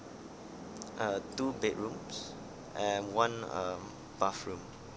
uh two bedrooms and one um bathroom